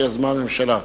שיזמה הממשלה.